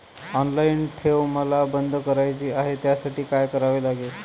Online ठेव मला बंद करायची आहे, त्यासाठी काय करावे लागेल?